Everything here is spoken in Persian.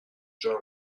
جمع